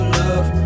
love